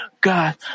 God